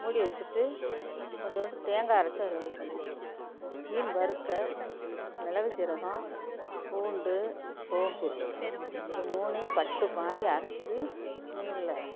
மூடி வச்சிட்டு கொஞ்சோண்டு தேங்காய் அரைத்து அதில் ஊற்றணும் மீன் வறுக்க மிளகு ஜீரகம் பூண்டு சோம்பு இது மூணையும் பட்டுமாதிரி அரைத்து மீனில்